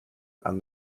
and